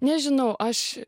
nežinau aš